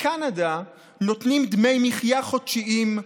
בקנדה נותנים דמי מחיה חודשיים,